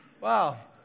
Wow